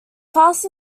fast